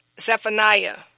Zephaniah